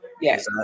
Yes